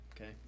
Okay